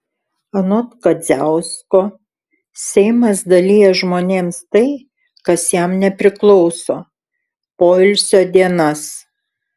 anot kadziausko seimas dalija žmonėms tai kas jam nepriklauso poilsio dienas